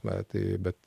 va tai bet